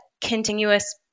continuous